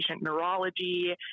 neurology